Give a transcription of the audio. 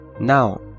now